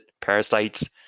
parasites